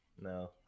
No